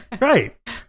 Right